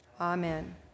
Amen